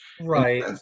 Right